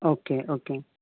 okay okay